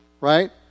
Right